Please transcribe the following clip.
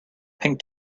pink